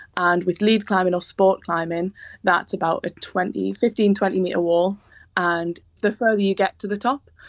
and with lead climbing or sport climbing that's about a twenty fifteen, twenty metre wall and the further you get to the top,